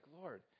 Lord